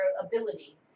ability